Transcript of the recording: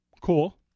Cool